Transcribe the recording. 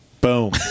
Boom